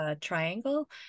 triangle